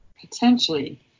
Potentially